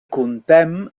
comptem